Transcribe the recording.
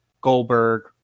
Goldberg